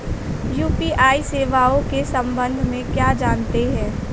UPI सेवाओं के संबंध में क्या जानते हैं?